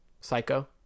Psycho